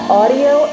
audio